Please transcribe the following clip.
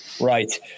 Right